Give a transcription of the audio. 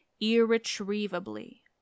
irretrievably